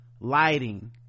lighting